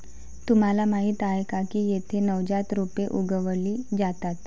तुम्हाला माहीत आहे का की येथे नवजात रोपे उगवली जातात